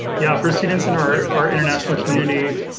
yeah, for students in our our international community,